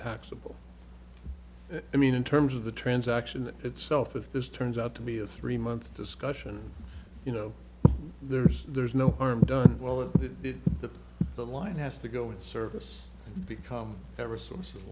taxable i mean in terms of the transaction itself if this turns out to be a three month discussion you know there's there's no harm done well the line has to go with service because every source